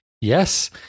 Yes